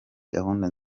gahunda